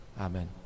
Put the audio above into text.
Amen